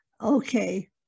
okay